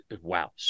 Wow